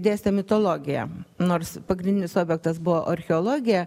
dėstė mitologiją nors pagrindinis objektas buvo archeologija